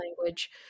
language